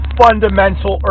fundamental